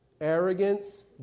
arrogance